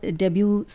debut